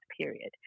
period